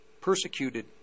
persecuted